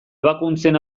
ebakuntzen